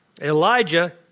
Elijah